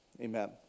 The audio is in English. Amen